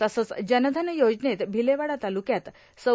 तसंच जनधन योजनेत भिलेवाडा तालुक्यात सौ